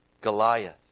Goliath